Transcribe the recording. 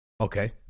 Okay